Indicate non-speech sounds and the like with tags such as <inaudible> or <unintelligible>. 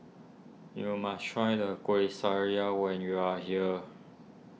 you must try the Kueh <unintelligible> when you are here